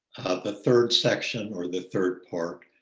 the third section or the third part,